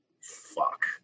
fuck